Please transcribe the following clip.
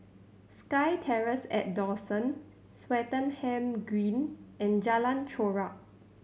Sky Terrace at Dawson Swettenham Green and Jalan Chorak